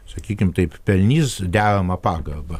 sakykim taip pelnys deramą pagarbą